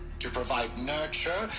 to provide nurture.